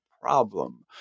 problem